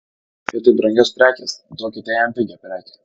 vietoj brangios prekės duokite jam pigią prekę